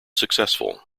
successful